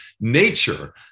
nature